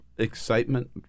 Excitement